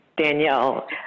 danielle